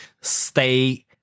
stay